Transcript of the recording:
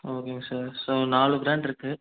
ஓகேங்க sir so நாலு brand இருக்கு